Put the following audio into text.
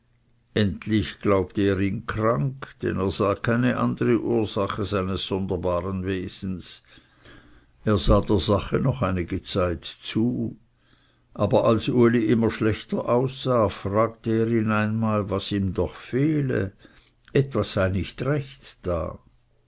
endlich glaubte er ihn krank denn er sah keine andere ursache seines sonderbaren wesens er sah der sache noch einige zeit zu aber als uli immer schlechter aussah fragte er ihn einmal was ihm doch fehle etwas sei nicht recht da